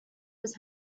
was